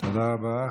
תודה רבה.